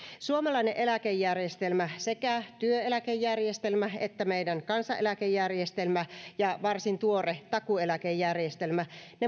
suomalainen eläkejärjestelmä sekä työeläkejärjestelmä että meidän kansaneläkejärjestelmä ja varsin tuore takuueläkejärjestelmä